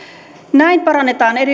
näin parannetaan